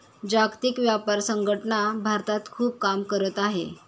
जागतिक व्यापार संघटना भारतात खूप काम करत आहे